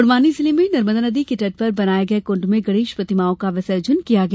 बडवानी जिले में नर्मदा नदी के तट पर बनाये गये कुण्ड में गणेश प्रतिमाओं का विसर्जन किया गया